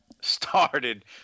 started